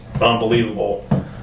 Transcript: unbelievable